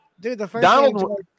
Donald